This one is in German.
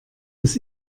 das